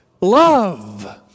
love